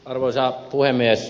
arvoisa puhemies